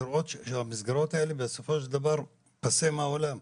לראות שהמסגרות האלה בסופו של דבר פסה מהעולם.